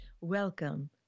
Welcome